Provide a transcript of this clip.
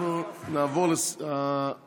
נצא להפסקה של